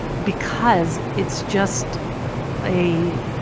because it's just a.